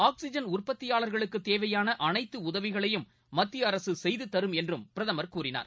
oxygen உற்பத்தியாளர்களுக்குத் தேவையாள அனைத்து உதவிகளையும் மத்திய அரசு செய்து தரும் என்றும் பிரதமர் கூறினார்